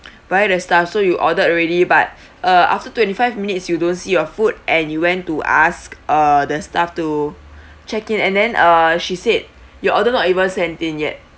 via the staff so you ordered already but uh after twenty five minutes you don't see your food and you went to ask uh the staff to check in and then uh she said your order not even sent it yet